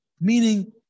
meaning